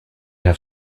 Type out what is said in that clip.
have